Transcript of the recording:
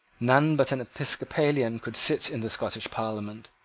none but an episcopalian could sit in the scottish parliament,